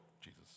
Jesus